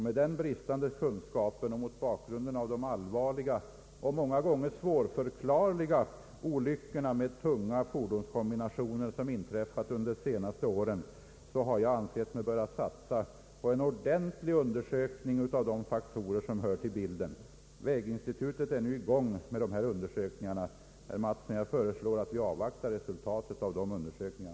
Med den bristande kunskapen och mot bakgrund av de allvarliga och många gånger svårförklarliga olyckor med tunga fordonskombinationer som har inträffat under de senaste åren har jag ansett mig böra satsa på en ordentlig undersökning av de faktorer som hör till bilden. Väginstitutet är nu i gång med dessa undersökningar. Herr Mattsson! Jag föreslår att vi avvaktar resultatet av dessa undersökningar.